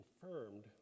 confirmed